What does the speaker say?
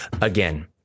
again